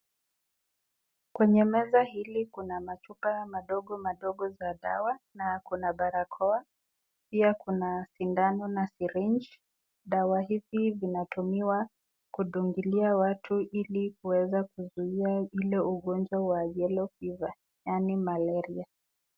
Kwenye meza hili kuna machupa madogo madogo za dawa, na Kuna barakoa pia kuna sindano na syringe . Dawa hizi zinatumiwa kudungilia watu ili kuweza kuzuia ule ugonjwa wa Yellow Fever yaani maleria.